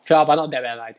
fail lah but not that bad lah